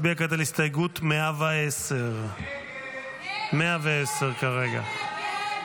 נצביע כעת על הסתייגות 110. הסתייגות 110 לא נתקבלה.